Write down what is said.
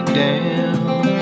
down